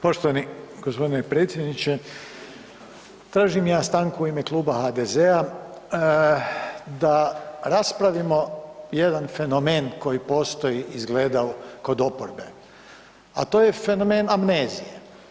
Poštovani gospodine predsjedniče, tražim ja stanku u ime kluba HDZ-a da raspravimo jedan fenomen koji postoji izgleda kod oporbe, a to je fenomen amnezije.